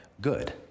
good